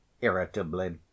irritably